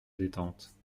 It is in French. détente